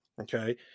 Okay